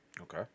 Okay